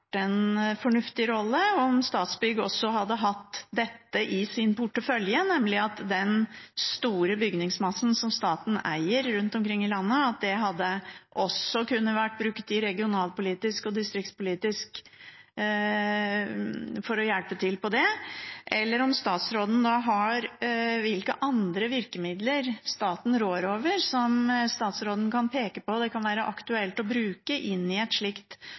en fornuftig rolle for Statsbygg å ha i sin portefølje at den store bygningsmassen som staten eier rundt omkring i landet, også kunne vært brukt regionalpolitisk og distriktspolitisk for å hjelpe til med det. Eller kan statsråden peke på hvilke andre virkemidler staten rår over som det kan være aktuelt å bruke i et slikt